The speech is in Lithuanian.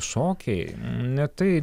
šokiai ne tai